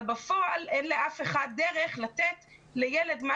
אבל בפועל אין לאף אחד דרך לתת לילד מה